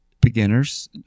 beginners